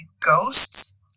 ghosts